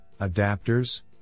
adapters